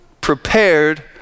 prepared